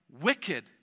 wicked